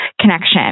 connection